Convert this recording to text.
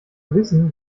wissen